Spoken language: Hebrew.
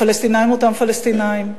הפלסטינים אותם פלסטינים,